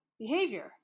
behavior